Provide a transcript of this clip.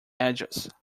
edges